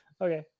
Okay